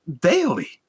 daily